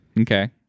Okay